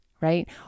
Right